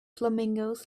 flamingos